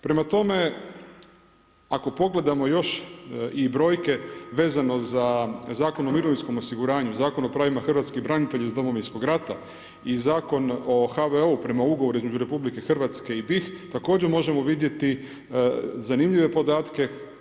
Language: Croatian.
Prema tome, ako pogledamo još i brojke vezano za Zakon o mirovinskom osiguranju, Zakon o pravima hrvatskih branitelja iz Domovinskog rata i Zakon o HVO-u prema ugovoru između Republike Hrvatske i BiH također možemo vidjeti zanimljive podatke.